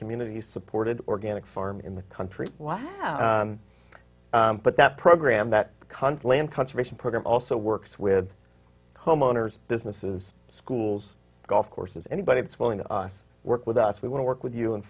community supported organic farm in the country wow but that program that constellation conservation program also works with homeowners businesses schools golf courses anybody that's willing to us work with us we want to work with you and